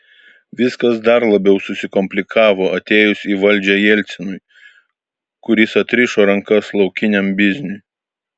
viskas dar labiau susikomplikavo atėjus į valdžią jelcinui kuris atrišo rankas laukiniam bizniui